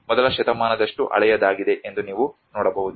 ಮೊದಲ ಶತಮಾನದಷ್ಟು ಹಳೆಯದಾಗಿದೆ ಎಂದು ನೀವು ನೋಡಬಹುದು